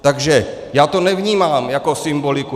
Takže já to nevnímám jako symboliku.